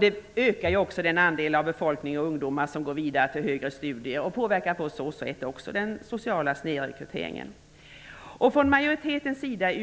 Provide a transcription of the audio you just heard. Det ökar också den andel av befolkningen och av ungdomarna som går vidare till högre studier, och det påverkar på så sätt också den sociala snedrekryteringen. Från utskottsmajoritetens sida